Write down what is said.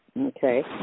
Okay